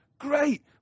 great